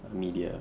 media